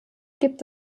gibt